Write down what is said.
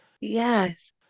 Yes